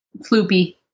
Floopy